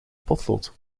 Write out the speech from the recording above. potlood